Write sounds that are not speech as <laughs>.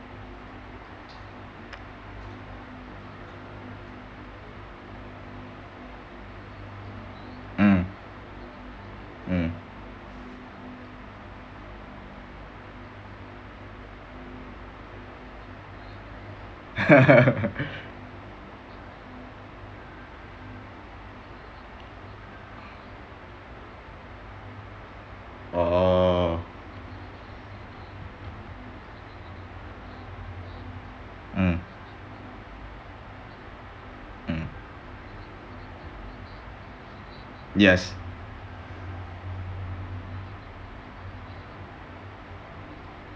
mm mm <laughs> oh mm mm yes